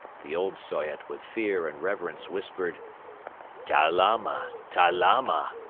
the old soyot with fear and reverence whispered ta lama, ta lama!